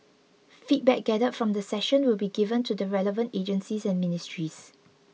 feedback gathered from the session will be given to the relevant agencies and ministries